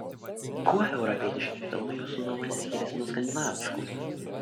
kuo europietiški filmai jūsų nuomone skiriasi nuo skandinaviškų